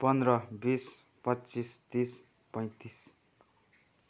पन्ध्र बिस पच्चिस तिस पैँतिस